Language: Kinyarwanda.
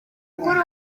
ndayumva